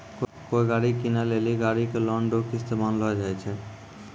कोय गाड़ी कीनै लेली गाड़ी के लोन रो किस्त बान्हलो जाय छै